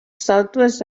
southwest